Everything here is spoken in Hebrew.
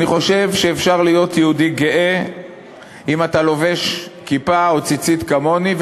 אני חושב שאפשר להיות יהודי גאה אם אתה לובש כיפה או ציצית כמוני,